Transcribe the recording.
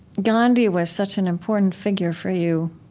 gandhi was such an important figure for you,